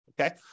okay